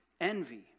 envy